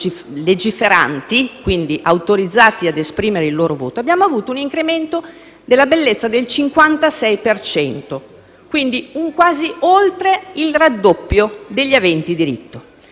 della bellezza del 56 per cento, oltre il raddoppio degli aventi diritto. Rispetto a quella sproporzione che cercavo di chiarire, anche citando numeri,